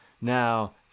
now